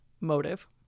motive